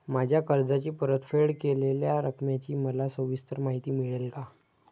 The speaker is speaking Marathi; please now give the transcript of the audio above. माझ्या कर्जाची परतफेड केलेल्या रकमेची मला सविस्तर माहिती मिळेल का?